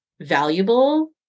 valuable